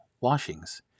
washings